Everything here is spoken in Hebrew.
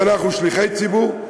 ואנחנו שליחי ציבור,